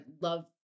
love